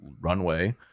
runway